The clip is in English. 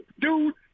dude